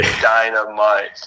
Dynamite